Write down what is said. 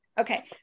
okay